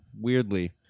weirdly